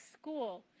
school